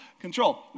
control